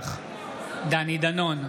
דני דנון,